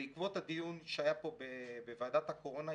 בעקבות היון שהיה פה בוועדת הקורונה,